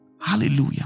Hallelujah